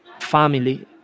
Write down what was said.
family